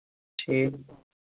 ٹھیٖک